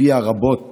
השפיעה רבות